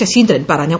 ശശീര്ദ്രൻ പറഞ്ഞു